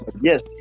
yes